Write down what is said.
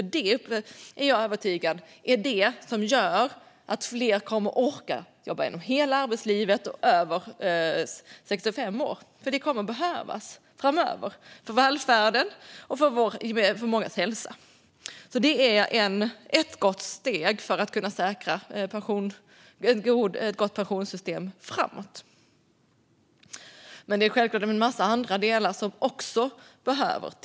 Jag är övertygad om att det gör att fler kommer att orka jobba under hela arbetslivet och efter 65 år, för det kommer att behövas framöver för välfärden och för mångas hälsa. Det är därför ett gott steg för att kunna säkra ett gott pensionssystem framöver. Men självklart är det en massa andra delar som också behövs.